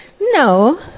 No